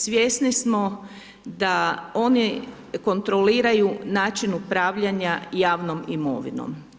Svjesni smo da oni kontroliraju način upravljanja javnom imovinom.